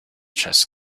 chess